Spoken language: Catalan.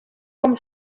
com